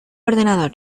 ordenador